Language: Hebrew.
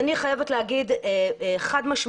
אני חייבת להגיד חד-משמעית,